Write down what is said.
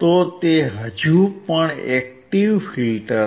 તો તે હજુ પણ એક્ટીવ ફિલ્ટર છે